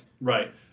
right